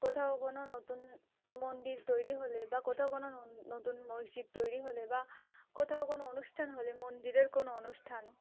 কোথাও কোনো নতুন মন্দির তৈরি হলে বা কোথাও কোনো নতুন মসজিদ তৈরি হলে বা কোথাও কোনো অনুষ্ঠান হলে মন্দিরের কোনো অনুষ্ঠান